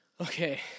Okay